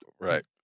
Right